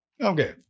Okay